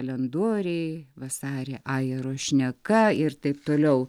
kalendoriai vasarį ajero šneka ir taip toliau